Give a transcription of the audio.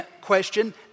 question